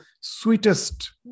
sweetest